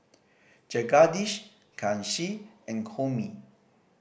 Jagadish Kanshi and Homi